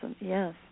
yes